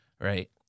right